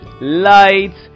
Lights